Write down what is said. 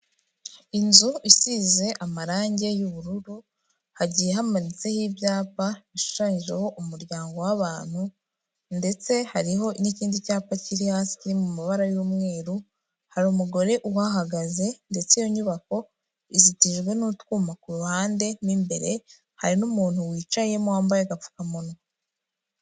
Inzu isize amarange y'ubururu, hagiye hamanitseho ibyapa bishushanyijeho umuryango w'abantu ndetse hariho n'ikindi cyapa kiri hasi Kiri mu mabara y'umweru, hari umugore uhahagaze ndetse iyo nyubako izitijwe n'utwuma ku ruhande, mo imbere harimo umuntu wicayemo wambaye agapfukamunwa.